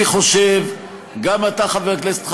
אני חושב, גם אתה, חבר הכנסת חסון,